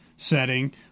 setting